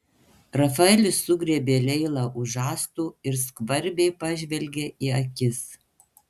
rafaelis sugriebė leilą už žastų ir skvarbiai pažvelgė į akis